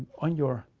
on your,